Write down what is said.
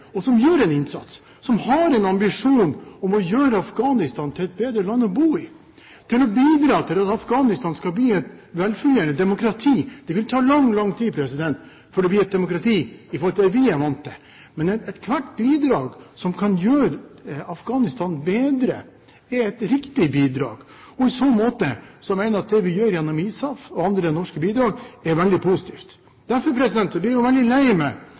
og som gjør en innsats, som har en ambisjon om å gjøre Afghanistan til et bedre land å bo i, til å bidra til at Afghanistan skal bli et velfungerende demokrati. Det vil ta lang, lang tid før det blir et demokrati i forhold til det vi er vant til. Men ethvert bidrag som kan gjøre Afghanistan bedre, er et riktig bidrag. Og i så måte mener jeg at det vi gjør gjennom ISAF og andre norske bidrag, er veldig positivt. Derfor blir jeg veldig lei meg når jeg ser den debatten som har vært nå, hvor det blir